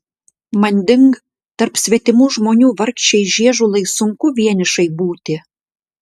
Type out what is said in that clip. manding tarp svetimų žmonių vargšei žiežulai sunku vienišai būti